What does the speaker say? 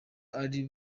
ari